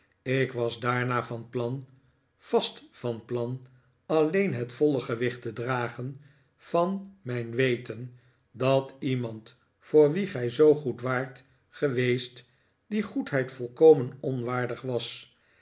ik was daarna van plan vast van plan alleen het voile gewicht te dragen van mijn weten dat iemand voor wien gij zoo goed waart geweest die goedheid volkomen onwaardig was